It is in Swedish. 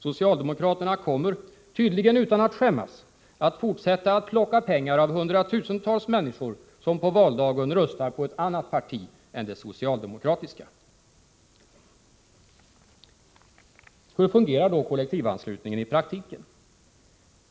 Socialdemokraterna kommer, tydligen utan att skämmas, att fortsätta att plocka pengar från hundratusentals människor som på valdagen röstar på ett annat parti än det socialdemokratiska. Hur fungerar då kollektivanslutningen i praktiken?